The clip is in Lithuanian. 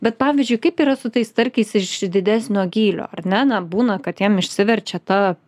bet pavyzdžiui kaip yra su tais starkiais iš didesnio gylio ar ne na būna kad jiem išsiverčia ta